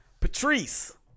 Patrice